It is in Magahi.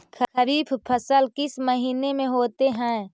खरिफ फसल किस महीने में होते हैं?